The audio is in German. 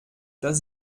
dass